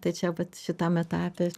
tai čia vat šitam etape